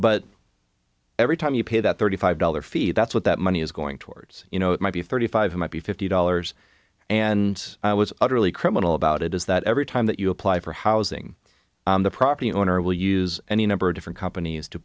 but every time you pay that thirty five dollars fee that's what that money is going towards you know it might be thirty five might be fifty dollars and i was utterly criminal about it is that every time that you apply for housing the property owner will use any number of different companies to